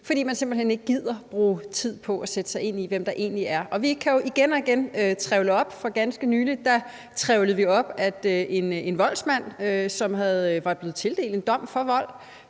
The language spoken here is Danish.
fordi man simpelt hen ikke gider at bruge tid på at sætte sig ind i, hvem der egentlig er på lovforslaget. Vi kan jo igen og igen trævle noget op. For ganske nylig trævlede vi op, at en voldsmand, som var blevet idømt en dom for vold,